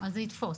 אז זה יתפוס.